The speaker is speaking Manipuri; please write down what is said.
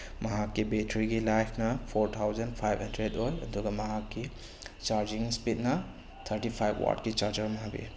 ꯃꯍꯥꯛꯀꯤ ꯕꯦꯇ꯭ꯔꯤꯒꯤ ꯂꯥꯏꯐꯅ ꯐꯣꯔ ꯊꯥꯎꯖꯟ ꯐꯥꯏꯚ ꯍꯟꯗ꯭ꯔꯦꯗ ꯑꯣꯏ ꯑꯗꯨꯒ ꯃꯍꯥꯛꯀꯤ ꯆꯥꯔꯖꯤꯡ ꯏꯁꯄꯤꯗꯅ ꯊꯥꯔꯇꯤ ꯐꯥꯏꯚ ꯋꯥꯔ꯭ꯗꯀꯤ ꯆꯥꯔꯖꯔ ꯑꯃ ꯍꯥꯞꯄꯛꯑꯦ